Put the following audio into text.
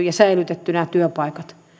ja säilyttäneet nämä työpaikat